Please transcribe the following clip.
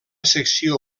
secció